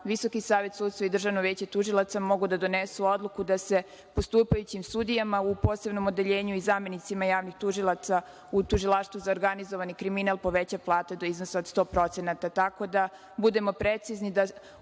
predviđeno da VSS i Državno veće tužilaca mogu da donesu odluku da se postupajućim sudijama u posebnom odeljenju i zamenicima javnih tužilaca u Tužilaštvu za organizovani kriminal poveća plata do iznosa od 100%.Tako